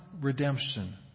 Redemption